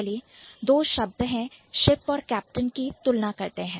चलिए दो शब्द Ship और Captain की तुलना करते हैं